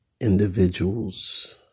individuals